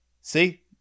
See